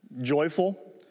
joyful